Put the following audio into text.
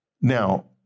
Now